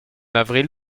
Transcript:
avril